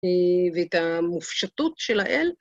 ואת המופשטות של האל.